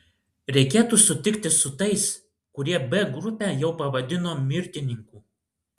reikėtų sutikti su tais kurie b grupę jau pavadino mirtininkų